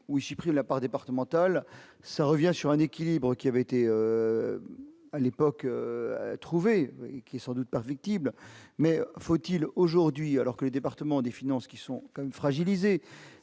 ou ici pris la part départementale ça revient sur un équilibre qui avait été à l'époque, trouver qui est sans doute perfectible mais faut-il aujourd'hui alors que le département des finances, qui sont quand même fragilisée,